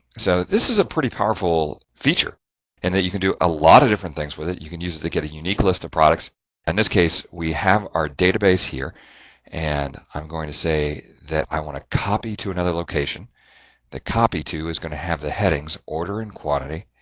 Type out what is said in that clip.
so, this is a pretty powerful feature and that you can do a lot of different things with it. you can use it to get a unique list of products in and this case, we have our database here and i'm going to say that i want to copy to another location the copy to is going to have the headings order in quantity.